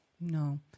No